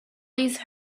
these